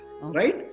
right